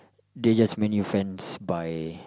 they just Man-U fans by